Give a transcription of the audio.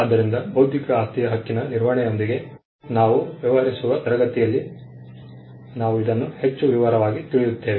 ಆದ್ದರಿಂದ ಬೌದ್ಧಿಕ ಆಸ್ತಿಯ ಹಕ್ಕಿನ ನಿರ್ವಹಣೆಯೊಂದಿಗೆ ನಾವು ವ್ಯವಹರಿಸುವ ತರಗತಿಯಲ್ಲಿ ನಾವು ಇದನ್ನು ಹೆಚ್ಚು ವಿವರವಾಗಿ ತಿಳಿಯುತ್ತೇವೆ